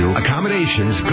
accommodations